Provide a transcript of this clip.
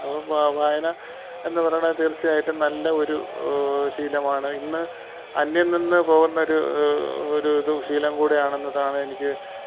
അപ്പം വായന എന്ന് പറയുന്നത് തീർച്ചയായിട്ടും നല്ല ഒരു ശീലമാണ് ഇന്ന് അന്യം നിന്ന് പോകുന്നൊരു ഒരു ഇത് ശീലം കൂടെയാണെന്നതാണ് എനിക്ക്